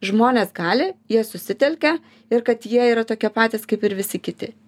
žmonės gali jie susitelkia ir kad jie yra tokie patys kaip ir visi kiti